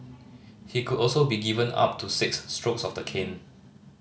he could also be given up to six strokes of the cane